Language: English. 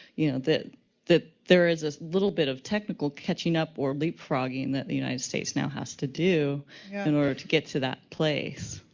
you know, that that there is a little bit of technical catching up or leapfrogging that united states now has to do in order to get to that place.